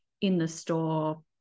in-the-store